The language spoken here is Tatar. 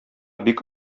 бик